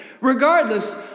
regardless